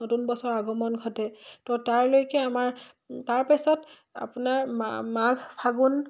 নতুন বছৰ আগমন ঘটে তো তাৰলৈকে আমাৰ তাৰপিছত আপোনাৰ মাঘ ফাগুন